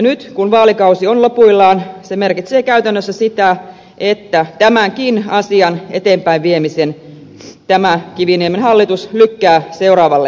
nyt kun vaalikausi on lopuillaan se merkitsee käytännössä sitä että tämänkin asian eteenpäinviemisen tämä kiviniemen hallitus lykkää seuraavalle hallitukselle